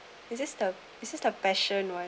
it's just a it's just a passion one